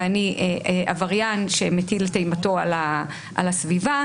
ואני עבריין שמטיל אימתו על הסביבה,